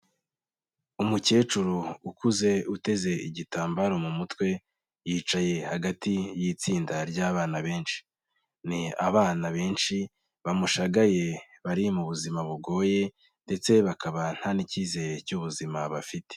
Umukecuru ukuze uteze igitambaro mu mutwe, yicaye hagati y'itsinda ry'abana benshi, ni abana benshi bamushagaye bari mu buzima bugoye ndetse bakaba nta n'icyizere cy'ubuzima bafite.